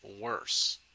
worse